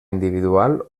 individual